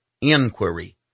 inquiry